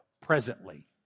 presently